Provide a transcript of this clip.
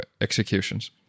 executions